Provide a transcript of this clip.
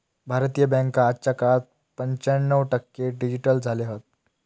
भारतीय बॅन्का आजच्या काळात पंच्याण्णव टक्के डिजिटल झाले हत